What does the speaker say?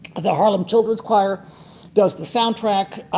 the harlem children's choir does the soundtrack.